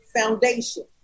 foundation